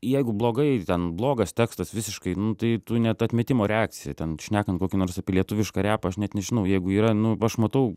jeigu blogai ten blogas tekstas visiškai nu tai tu net atmetimo reakcija ten šnekant kokį nors lietuvišką repą aš net nežinau jeigu yra nu aš matau